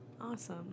Awesome